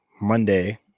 Monday